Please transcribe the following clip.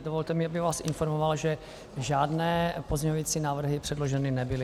Dovolte mi, abych vás informoval, že žádné pozměňující návrhy předloženy nebyly.